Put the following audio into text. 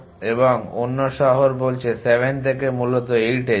এবং অন্য শহর বলছে 7 থেকে মূলত 8 তে যাও